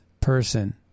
person